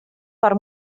per